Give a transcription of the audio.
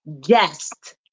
guest